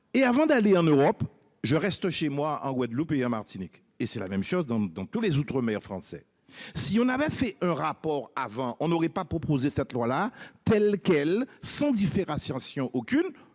et avant d'aller en Europe. Je reste chez moi un Guadeloupéen Martinique et c'est la même chose dans, dans tous les outre-mer français si on avait fait un rapport avant on aurait pas proposé cette loi la telle quelle sans différenciation aucune